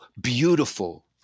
beautiful